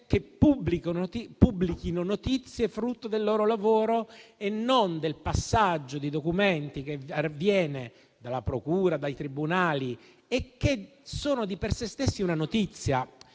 e pubblichino notizie frutto del loro lavoro e non del passaggio di documenti che avviene dalla procura e dai tribunali, che sono di per se stessi una notizia.